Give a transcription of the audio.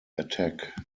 attack